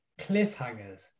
cliffhangers